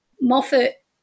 Moffat